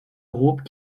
groupes